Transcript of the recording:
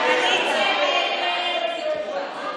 ההסתייגות (3)